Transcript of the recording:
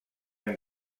han